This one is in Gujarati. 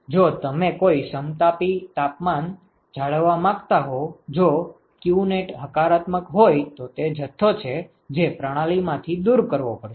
જો તમે કોઈ સમતાપી તાપમાન જાળવવા માંગતા હો જો qnet હકારાત્મક હોય તો તે જથ્થો છે જે પ્રણાલી માંથી દૂર કરવો પડશે